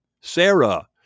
Sarah